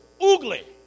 ugly